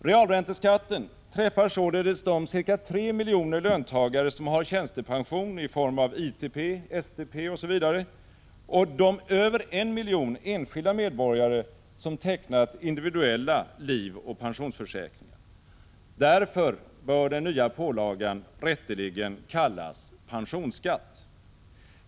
Realränteskatten träffar således de ca 3 miljoner löntagare som har tjänstepension i form av ITP, STP osv. och de över 1 miljon enskilda medborgare som tecknat individuella livoch pensionsförsäkringar. Därför bör den nya pålagan rätteligen kallas en pensionsskatt.